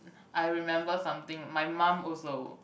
I remember something my mum also